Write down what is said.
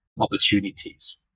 opportunities